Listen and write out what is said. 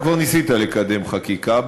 אתה כבר ניסית לקדם חקיקה.